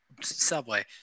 Subway